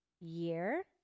year